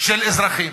של אזרחים.